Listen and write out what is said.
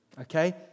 okay